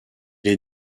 est